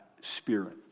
spirit